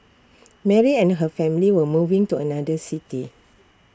Mary and her family were moving to another city